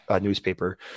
newspaper